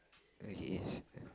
oh yes